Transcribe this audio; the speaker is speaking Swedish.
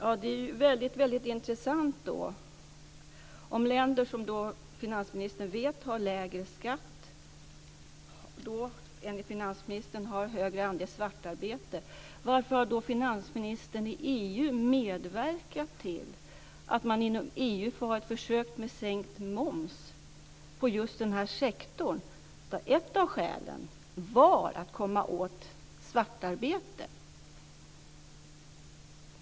Fru talman! Det är väldigt intressant om länder som finansministern vet har lägre skatt enligt finansministern har en större andel svartarbete. Varför har då finansministern i EU medverkat till att man inom EU får ha ett försök med sänkt moms på just den här sektorn, där ett av skälen var att komma åt svartarbete?